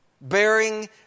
bearing